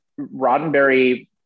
Roddenberry